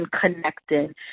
connecting